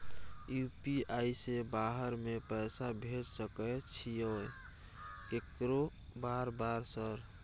UPI से बाहर में पैसा भेज सकय छीयै केकरो बार बार सर?